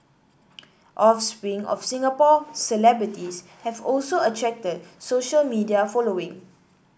offspring of Singapore celebrities have also attracted social media following